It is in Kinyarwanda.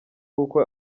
uko